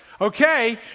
Okay